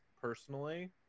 personally